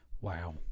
Wow